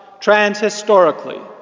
transhistorically